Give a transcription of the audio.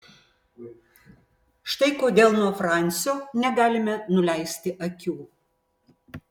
štai kodėl nuo fransio negalime nuleisti akių